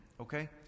Okay